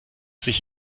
sich